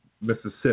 Mississippi